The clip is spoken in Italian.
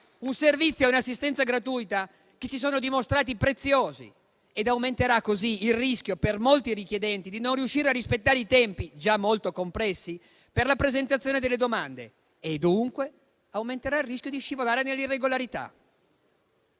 un servizio e un'assistenza gratuita che si sono dimostrati preziosi ed aumenterà così il rischio, per molti richiedenti, di non riuscire a rispettare i tempi già molto compressi per la presentazione delle domande e dunque aumenterà il rischio di scivolare nell'irregolarità.